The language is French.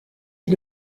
est